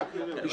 זו פוליטיקה.